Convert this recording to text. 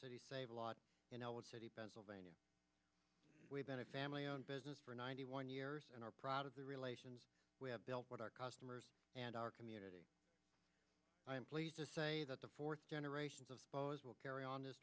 the save a lot you know what city pennsylvania we've been a family owned business for ninety one years and are proud of the relations we have built with our customers and our community i'm pleased to say that the fourth generations of will carry on this